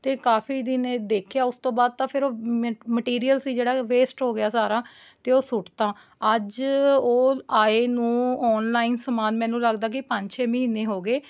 ਅਤੇ ਕਾਫ਼ੀ ਦਿਨ ਇਹ ਦੇਖਿਆ ਉਸ ਤੋਂ ਬਾਅਦ ਤਾਂ ਫਿਰ ਉਹ ਮੇ ਮਟੀਰੀਅਲ ਸੀ ਜਿਹੜਾ ਵੇਸਟ ਹੋ ਗਿਆ ਸਾਰਾ ਅਤੇ ਉਹ ਸੁੱਟ ਤਾ ਅੱਜ ਉਹ ਆਏ ਨੂੰ ਆਨਲਾਈਨ ਸਮਾਨ ਮੈਨੂੰ ਲੱਗਦਾ ਕਿ ਪੰਜ ਛੇ ਮਹੀਨੇ ਹੋ ਗਏ